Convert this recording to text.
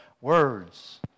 words